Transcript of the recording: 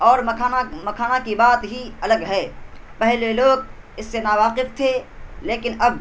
اور مکھانہ مکھانہ کی بات ہی الگ ہے پہلے لوگ اس سے ناواقف تھے لیکن اب